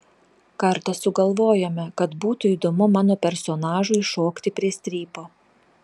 kartą sugalvojome kad būtų įdomu mano personažui šokti prie strypo